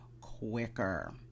quicker